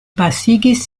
pasigis